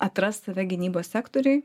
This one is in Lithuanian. atrast save gynybos sektoriuj